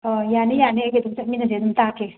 ꯑꯣ ꯌꯥꯅꯤ ꯌꯥꯅꯤ ꯑꯩꯒ ꯑꯗꯨꯝ ꯆꯠꯃꯤꯟꯅꯁꯦ ꯑꯗꯨꯝ ꯇꯥꯛꯀꯦ